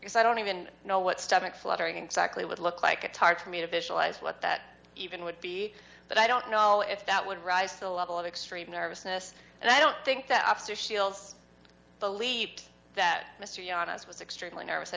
because i don't even know what stomach fluttering exactly would look like a tard for me to visualize what that even would be but i don't know if that would rise to the level of extreme nervousness and i don't think that after shields believe that mr yon as was extremely nervous i